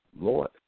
Lord